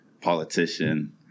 politician